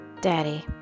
Daddy